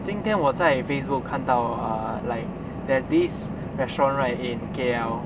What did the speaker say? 今天我在 Facebook 看到 err like there's this restaurant right in K_L